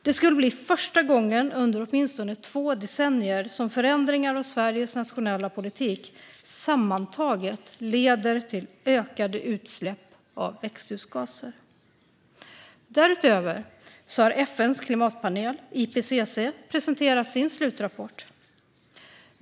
Det skulle bli första gången under åtminstone två decennier som förändringar av Sveriges nationella politik sammantaget leder till ökade utsläpp av växthusgaser. Därutöver har FN:s klimatpanel, IPCC, presenterat sin slutrapport.